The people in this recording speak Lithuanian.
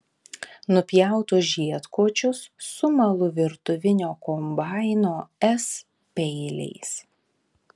nupjautus žiedkočius sumalu virtuvinio kombaino s peiliais